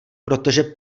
protože